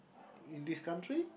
in this country